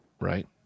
right